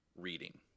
reading